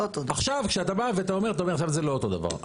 זה לא אותו דבר.